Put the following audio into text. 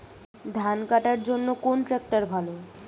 ধান কাটার জন্য কোন ট্রাক্টর ভালো?